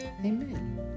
Amen